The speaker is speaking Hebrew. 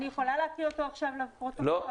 אני יכולה להקריא אותו עכשיו לפרוטוקול.